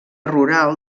rural